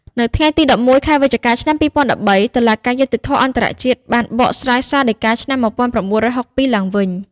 នៅថ្ងៃទី១១ខែវិច្ឆិកាឆ្នាំ២០១៣ តុលាការយុត្តិធម៌អន្ដរជាតិ បានបកស្រាយសាលដីកាឆ្នាំ១៩៦២ឡើងវិញ។